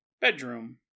Bedroom